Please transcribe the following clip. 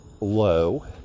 low